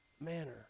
manner